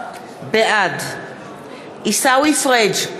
בעד עיסאווי פריג'